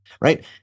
right